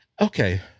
Okay